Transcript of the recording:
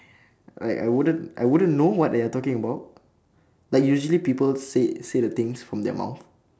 like I wouldn't I wouldn't know what they're are talking about like usually people say say the things from their mouth